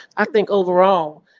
i think overall,